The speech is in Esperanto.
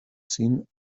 sin